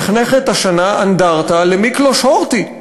נחנכת השנה אנדרטה למיקלוש הורטי,